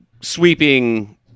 sweeping